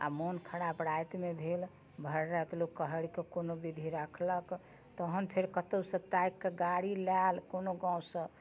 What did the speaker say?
आओर मोन खराब रातिमे भेल भरि राति लोक कहरके कोनो विधि राखलक तहन फेर कतौसँ ताकिके गाड़ी लैल कोनो गाँवसँ